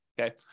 Okay